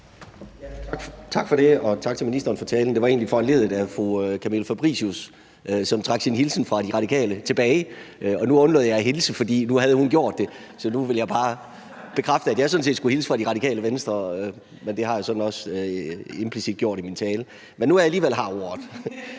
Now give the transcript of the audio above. Tak for det, og tak til ministeren for talen. Det var egentlig foranlediget af fru Camilla Fabricius, som trak sin hilsen fra De Radikale tilbage. Nu undlod jeg at hilse, fordi hun havde gjort det, så nu vil jeg bare bekræfte, at jeg sådan set skulle hilse fra Radikale Venstre, men det har jeg også implicit gjort i min tale. Men nu, hvor jeg alligevel har ordet,